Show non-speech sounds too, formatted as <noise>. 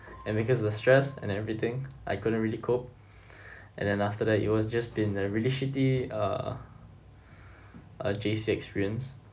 and because of the stress and everything I couldn't really cope <breath> and then after that it was just been a really shitty uh a J_C experience